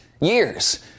years